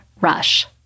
Rush